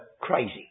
crazy